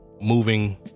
moving